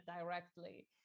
directly